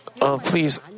please